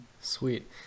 Sweet